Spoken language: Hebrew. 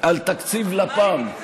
הטבות במס,